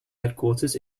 headquarters